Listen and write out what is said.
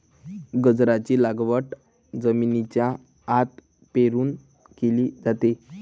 गाजराची लागवड जमिनीच्या आत पेरून केली जाते